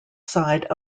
side